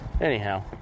anyhow